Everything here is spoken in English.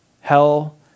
hell